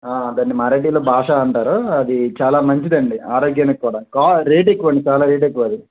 దాన్ని మరాఠీలో బాష అంటారు అది చాలా మంచిది అండి ఆరోగ్యానికి కూడా కా రేట్ ఎక్కువ అండి చాలా రేటు ఎక్కువ